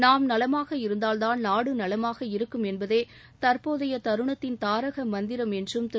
நாம் நலமாக இருந்தால்தான் நாடு நலமாக இருக்கும் என்பதே தற்போதைய தருணத்தின் தாரக மந்திரம் என்றும் திரு